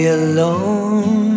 alone